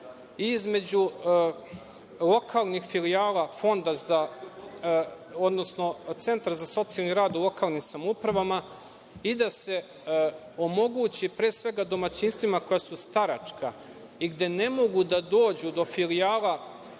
između lokalnih filijala fonda, odnosno centra za socijalni rad lokalnih samouprava i da se omogući domaćinstvima koja su staračka i gde ne mogu da dođu do filijala